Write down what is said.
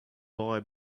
boy